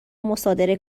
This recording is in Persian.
مصادره